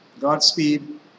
Godspeed